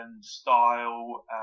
style